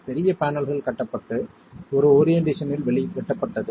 பெரிய பேனல்கள் கட்டப்பட்டு ஒரு ஓரியென்ட்டேஷன்யில் வெட்டப்பட்டது